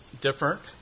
different